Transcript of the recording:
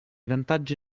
vantaggi